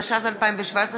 התשע"ז 2017,